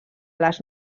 les